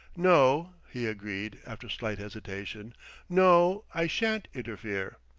no, he agreed, after slight hesitation no, i shan't interfere.